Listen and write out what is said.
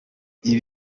ibi